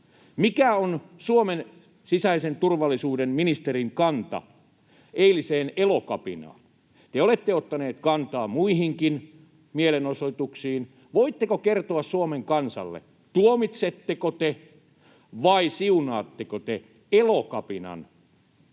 mikä on Suomen sisäisen turvallisuuden ministerin kanta eiliseen Elokapinaan. Te olette ottanut kantaa muihinkin mielenosoituksiin. Voitteko kertoa Suomen kansalle, tuomitsetteko te vai siunaatteko te Elokapinan